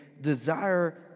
desire